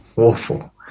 awful